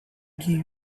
give